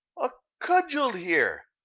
a cudgel, here!